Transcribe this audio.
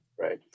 Right